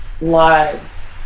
lives